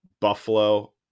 Buffalo